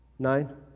Nine